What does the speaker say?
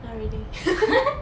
not really